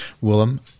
Willem